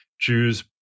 Jews